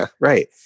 Right